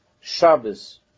Shabbos